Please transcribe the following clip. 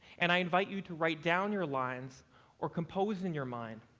and i invite you to write down your lines or compose in your mind.